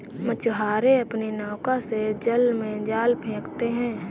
मछुआरे अपनी नौका से जल में जाल फेंकते हैं